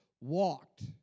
walked